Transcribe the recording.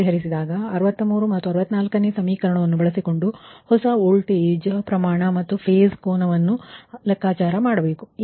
ಮುಂದಿನದು 63 ಮತ್ತು 64ನೇ ಸಮೀಕರಣವನ್ನು ಬಳಸಿಕೊಂಡು ಹೊಸ ವೋಲ್ಟೇಜ್ ಪ್ರಮಾಣ ಮತ್ತು ಫೇಸ್ ಕೋನವನ್ನು ಲೆಕ್ಕಾಚಾರ ಮಾಡಿ